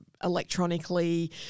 electronically